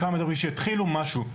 שיתחילו משהו.